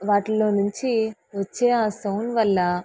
వాటిల్లో నుంచి వచ్చే ఆ సౌండ్ వల్ల